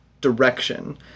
direction